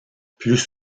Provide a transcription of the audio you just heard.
plus